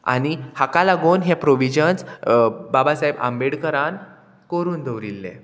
आनी हाका लागून हे प्रोविजन्स बाबा सायब आंबेडकरान कोरून दवरिल्ले